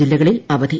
ജില്ലകളിൽ അവധി